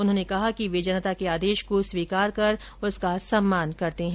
उन्होंने कहा कि वे जनता के आदेश को स्वीकार कर उसका सम्मान करते है